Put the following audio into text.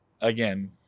again